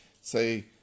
say